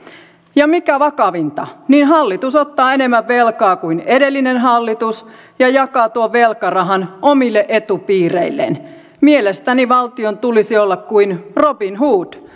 ja mikä vakavinta hallitus ottaa enemmän velkaa kuin edellinen hallitus ja jakaa tuon velkarahan omille etupiireilleen mielestäni valtion tulisi olla kuin robin hood